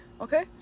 Okay